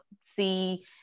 see